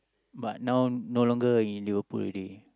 but now no longer in Liverpool already